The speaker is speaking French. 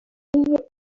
saint